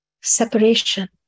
separation